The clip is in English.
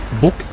book